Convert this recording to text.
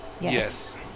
Yes